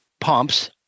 pumps